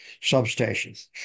substations